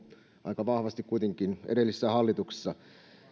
aika vahvasti edellisissä hallituksissa